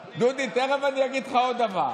דודי, תכף אני אגיד לך עוד דבר.